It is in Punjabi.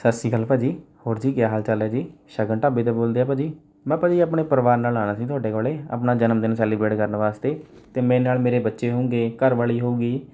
ਸਤਿ ਸ਼੍ਰੀ ਅਕਾਲ ਭਾਅ ਜੀ ਹੋਰ ਜੀ ਕਿਆ ਹਾਲ ਚਾਲ ਹੈ ਜੀ ਸ਼ਗਨ ਢਾਬੇ ਤੋਂ ਬੋਲਦੇ ਹੋ ਭਾਅ ਜੀ ਮੈਂ ਭਾਅ ਜੀ ਆਪਣੇ ਪਰਿਵਾਰ ਨਾਲ ਆਉਣਾ ਸੀ ਤੁਹਾਡੇ ਕੋਲ ਆਪਣਾ ਜਨਮ ਦਿਨ ਸੈਲੀਬ੍ਰੇਟ ਕਰਨ ਵਾਸਤੇ ਅਤੇ ਮੇਰੇ ਨਾਲ ਮੇਰੇ ਬੱਚੇ ਹੋਉਂਗੇ ਘਰਵਾਲੀ ਹੋਊਗੀ